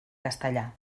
castellà